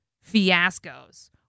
fiascos